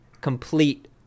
complete